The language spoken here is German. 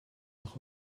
auch